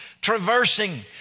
traversing